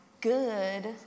good